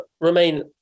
remain